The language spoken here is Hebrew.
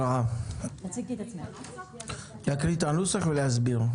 אני עו"ד יבינה בראונר מן המחלקה המשפטית ברשות התעופה האזרחית.